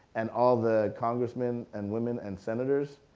and all the congressmen and women and senators,